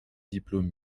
diplômes